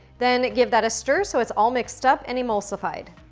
then give that a stir so it's all mixed up and emulsified.